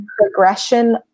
progression